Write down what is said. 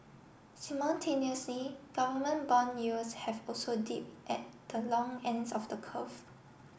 simultaneously government bond yields have also dipped at the long ends of the curve